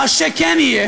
ראש הממשלה